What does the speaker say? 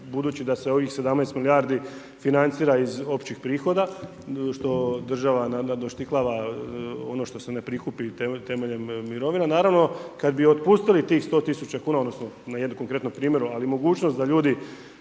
budući da se ovih 17 milijardi financira iz općih prihoda, što država naravno doštihava ono što se ne prikupi temeljem mirovina, naravno kad bi otpustili tih 100 000 kuna, odnosno na jednom konkretnom primjeru, ali mogućnost da ljudi